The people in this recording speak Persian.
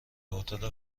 هتل